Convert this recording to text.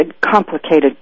complicated